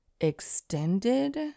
extended